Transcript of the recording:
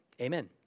amen